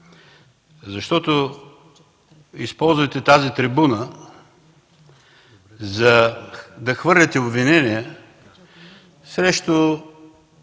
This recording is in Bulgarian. Защото използвате тази трибуна, за да хвърляте обвинение срещу